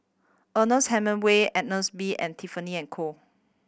Ernest Hemingway Agnes B and Tiffany and Co